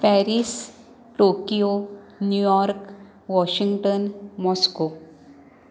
Paris Tokyo New York Washington Moscow